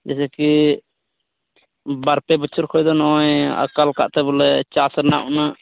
ᱡᱮᱥᱮ ᱠᱤ ᱵᱟᱨᱯᱮ ᱵᱚᱪᱷᱚᱨ ᱠᱷᱚᱱ ᱫᱚ ᱱᱚᱜ ᱚᱭ ᱟᱠᱟᱞ ᱟᱠᱟᱫ ᱛᱮ ᱵᱚᱞᱮ ᱪᱟᱥ ᱨᱮᱱᱟᱜ ᱩᱱᱟᱹᱜ